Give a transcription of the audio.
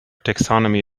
taxonomy